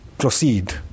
Proceed